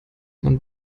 man